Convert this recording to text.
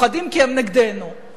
כי הם נגדנו.